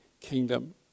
kingdom